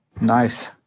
Nice